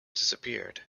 disappeared